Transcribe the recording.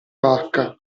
vacca